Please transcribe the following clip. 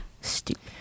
Stupid